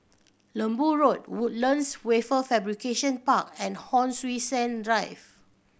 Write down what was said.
Lembu Road Woodlands Wafer Fabrication Park and Hon Sui Sen Drive